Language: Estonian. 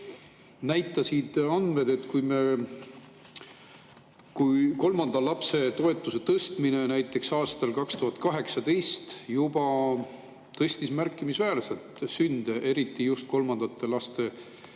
näitavad andmed, et kolmanda lapse toetuse tõstmine näiteks aastal 2018 juba tõstis märkimisväärselt sündide arvu, eriti just kolmandate laste